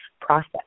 process